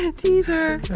and teaser!